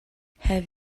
have